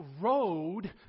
road